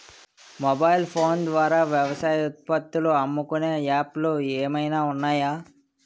Mobile phone ద్వారా వ్యవసాయ ఉత్పత్తులు అమ్ముకునే యాప్ లు ఏమైనా ఉన్నాయా?